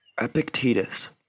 Epictetus